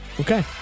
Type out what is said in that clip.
Okay